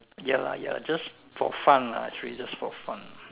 ya lah ya just for fun lah actually just for fun